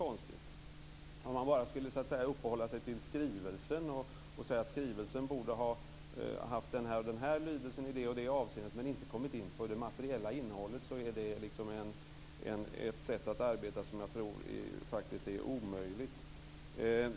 Om man bara skulle uppehålla sig vid skrivelsen, säga att skrivelsen borde ha haft den och den lydelsen i det och det avseendet men inte komma in på det materiella innehållet, är det ett sätt att arbeta som jag faktiskt tror är omöjligt.